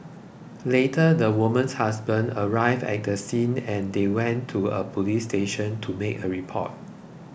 later the woman's husband arrived at the scene and they went to a police station to make a report